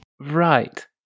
right